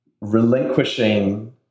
Relinquishing